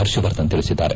ಹರ್ಷವರ್ಧನ್ ತಿಳಿಸಿದ್ದಾರೆ